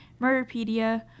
Murderpedia